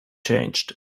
changed